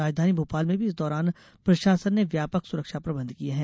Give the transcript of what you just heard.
राजधानी भोपाल में भी इस दौरान प्रशासन ने व्यापक सुरक्षा प्रबंध किए हैं